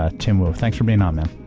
ah tim wu, thanks for being on, man.